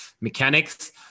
mechanics